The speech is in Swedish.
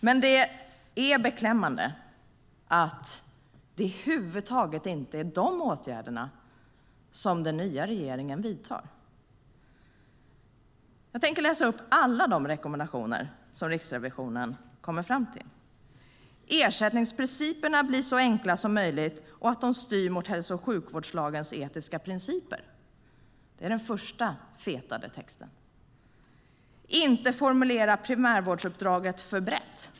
Men det är beklämmande att det över huvud taget inte är de åtgärderna som den nya regeringen vidtar. Jag tänker läsa upp alla de rekommendationer som Riksrevisionen kommer fram till: Ersättningsprinciperna ska bli så enkla som möjligt och styra mot hälso och sjukvårdslagens etiska principer. Det är den första fetade texten. Man ska inte formulera primärvårdsuppdraget för brett.